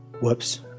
Whoops